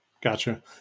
Gotcha